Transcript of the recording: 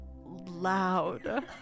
loud